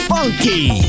Funky